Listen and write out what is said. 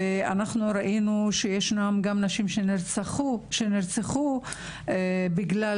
ואנחנו ראינו שיש גם נשים שנרצחו בגלל